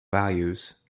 values